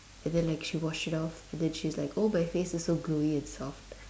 and then like she washed it off and then she's like oh my face is so glowy and soft